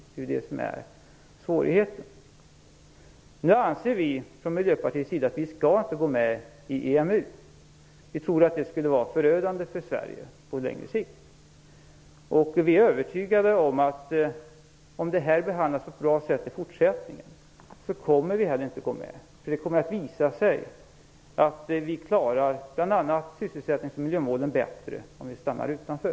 Det är ju det som är svårigheten. Från Miljöpartiets sida anser vi att vi inte skall gå med i EMU. Vi tror att det skulle vara förödande för Sverige på längre sikt. Vi är också övertygade om att bara det här behandlas på ett bra sätt i fortsättningen så kommer vi inte heller att gå med. Det kommer nämligen att visa sig att vi klarar bl.a. sysselsättningsoch miljömålen bättre om vi stannar utanför.